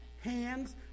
hands